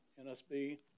NSB